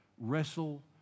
wrestle